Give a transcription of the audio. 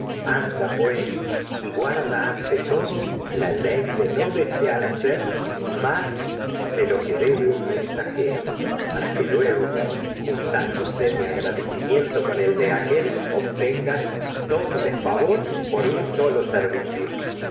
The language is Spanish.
anda guarda ante todo que la ley de desear hacer más debe un mensajero para tragedias de sofocles que luego juntándose mi agradecimiento por un con el de aquél obtengas doble favor lica dad solo servicio